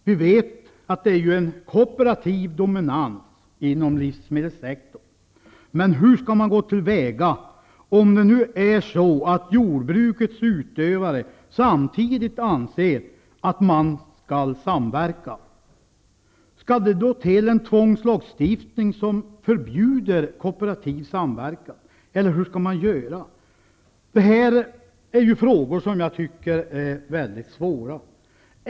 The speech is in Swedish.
Vi vet att det är en kooperativ dominans inom livsmedelssektorn. Men hur skall man gå till väga om jordbrukets utövare samtidigt anser att det skall vara en samverkan? Skall det då till en tvångslagstiftning som förbjuder kooperativ samverkan, eller hur skall man göra? Dessa frågor tycker jag är väldigt svåra.